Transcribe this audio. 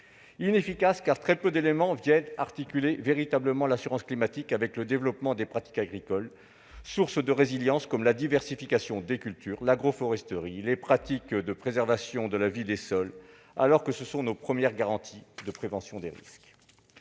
Inefficace, car très peu d'éléments viennent articuler véritablement l'assurance climatique avec le développement de pratiques agricoles sources de résilience comme la diversification des cultures, l'agroforesterie, les pratiques de préservation de la vie des sols, alors qu'il s'agit de nos premières garanties de prévention des risques.